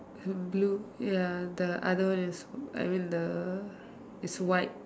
blue ya the other one is I mean the is white